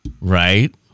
Right